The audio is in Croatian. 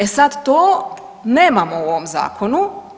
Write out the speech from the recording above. E sad, to, nemamo u ovom zakonu.